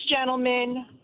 gentlemen